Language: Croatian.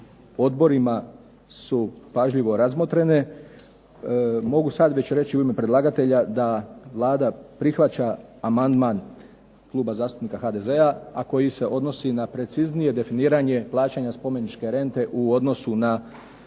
odborima su pažljivo razmotrene. Mogu sad već reći u ime predlagatelja da Vlada prihvaća amandman Kluba zastupnika HDZ-a a koji se odnosi na preciznije definiranje plaćanja spomeničke rente u odnosu na